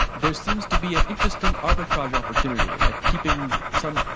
there seems to be an interesting arbitrage opportunity, like keeping some